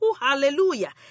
Hallelujah